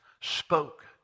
spoke